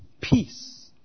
peace